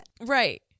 Right